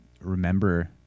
remember